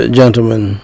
gentlemen